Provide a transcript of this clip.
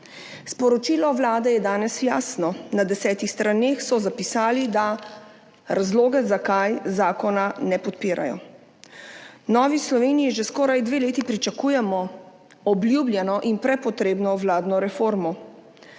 Sporočilo Vlade je danes jasno, na desetih straneh so zapisali razloge, zakaj zakona ne podpirajo. V Novi Sloveniji že skoraj dve leti pričakujemo obljubljeno in prepotrebno vladno reformo,